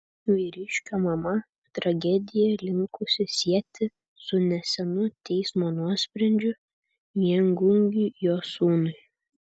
vyriškio mama tragediją linkusi sieti su nesenu teismo nuosprendžiu viengungiui jos sūnui